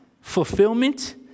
fulfillment